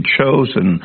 chosen